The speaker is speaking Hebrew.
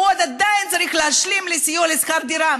עדיין הוא צריך להשלים לסיוע לשכר דירה.